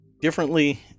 differently